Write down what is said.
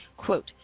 Quote